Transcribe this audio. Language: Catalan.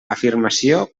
afirmació